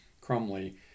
Crumley